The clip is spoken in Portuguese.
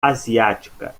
asiática